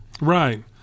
Right